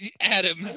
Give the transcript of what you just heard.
Adam